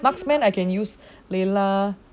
marksman I can use layla